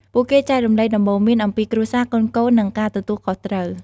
ពួកគេចែករំលែកដំបូន្មានអំពីគ្រួសារ កូនៗ និងការទទួលខុសត្រូវ។